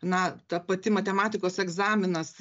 na ta pati matematikos egzaminas